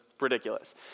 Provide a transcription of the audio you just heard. ridiculous